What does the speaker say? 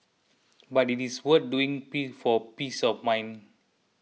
but it is worth doing being for peace of mind